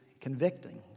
convicting